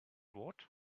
what